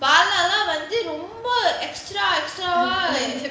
bala லாம் வந்து ரொம்ப:laam vanthu romba extra extra வா:va